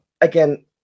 again